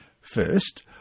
First